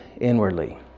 inwardly